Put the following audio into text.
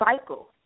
cycle